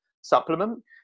supplement